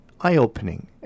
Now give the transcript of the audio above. eye-opening